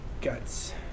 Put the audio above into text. guts